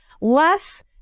less